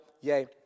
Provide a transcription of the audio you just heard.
yay